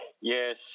Yes